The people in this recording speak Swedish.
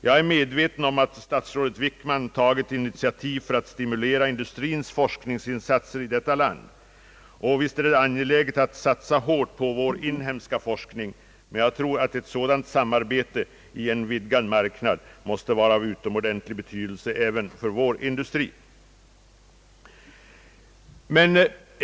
Jag är medveten om att statsrådet Wickman tagit initiativ för att stimulera industriens forskningsinsatser i detta land, och visst är det angeläget att satsa hårt på vår inhemska forskning, men jag tror att ett sådant samarbete i en vidgad marknad måste vara av utomordentligt stor betydelse även för vår industri.